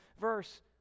verse